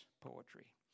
poetry